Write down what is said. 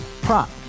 Prop